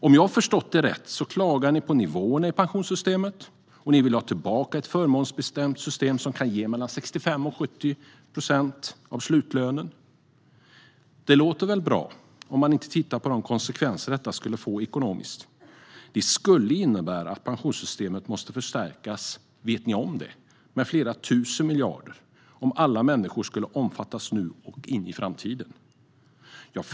Om jag har förstått rätt klagar ni på nivåerna i pensionssystemet och vill ha tillbaka ett förmånsbestämt system som kan ge mellan 65 och 70 procent av slutlönen. Det låter väl bra, om man inte tittar på vilka konsekvenser det skulle få ekonomiskt. Det skulle innebära att pensionssystemet måste förstärkas med flera tusen miljarder om alla människor skulle omfattas nu och i framtiden. Vet ni om det?